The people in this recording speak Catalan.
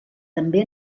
també